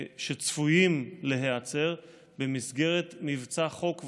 שצפויים להיעצר במסגרת מבצע חוק וסדר.